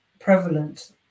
prevalent